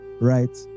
right